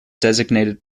designated